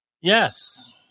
Yes